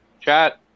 Chat